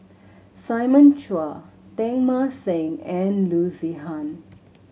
Simon Chua Teng Mah Seng and Loo Zihan